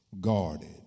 Guarded